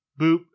boop